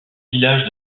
villages